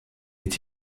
est